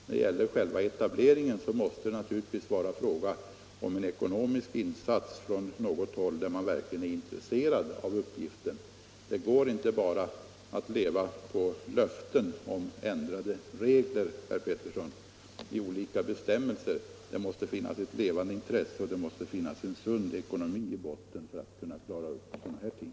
När det gäller själva etableringen måste det naturligtvis vara fråga om en ekonomisk insats från något håll där man verkligen är intresserad av uppgiften. Det går inte att bara leva på löften om ändrade regler, herr Petersson, utan det måste finnas ett levande intresse och en sund ekonomi i botten för att man skall kunna klara upp sådana här ting.